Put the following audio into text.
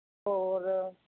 ਹੋਰ